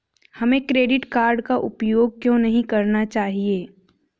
हमें credit card का उपयोग क्यों नहीं करना चाहिए?